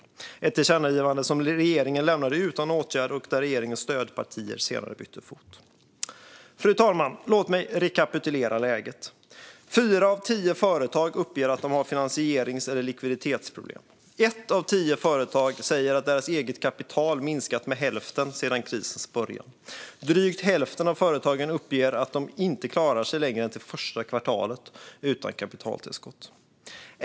Det är ett tillkännagivande som regeringen lämnade utan åtgärd och där regeringens stödpartier senare bytte fot. Fru talman! Låt mig rekapitulera läget. Fyra av tio företag uppger att de har finansierings eller likviditetsproblem. Ett av tio företag säger att deras eget kapital har minskat med hälften sedan krisens början. Drygt hälften av företagen uppger att de inte klarar sig längre än till första kvartalet utan kapitaltillskott.